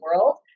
world